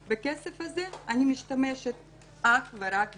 בכסף הזה אני משתמשת אך ורק בשבילי.